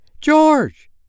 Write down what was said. George